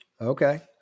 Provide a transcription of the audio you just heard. Okay